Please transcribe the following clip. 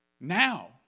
Now